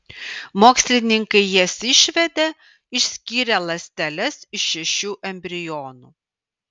mokslininkai jas išvedė išskyrę ląsteles iš šešių embrionų